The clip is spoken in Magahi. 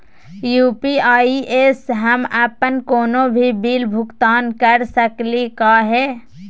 यू.पी.आई स हम अप्पन कोनो भी बिल भुगतान कर सकली का हे?